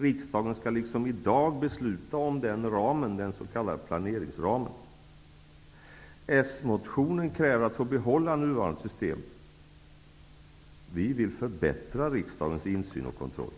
Riksdagen skall liksom i dag besluta om den s.k. planeringsramen. S-motionen kräver att få behålla nuvarande system. Vi vill förbättra riksdagens insyn och kontroll.